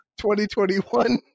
2021